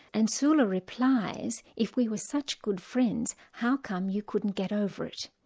and sula replies if we were such good friends how come you couldn't get over it?